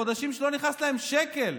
חודשים שלא נכנס להם שקל.